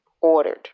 ordered